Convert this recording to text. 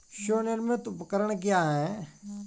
स्वनिर्मित उपकरण क्या है?